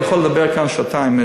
אני יכול לדבר כאן שעתיים,